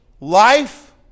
Life